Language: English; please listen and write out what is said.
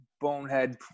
bonehead